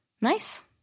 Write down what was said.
Nice